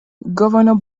governor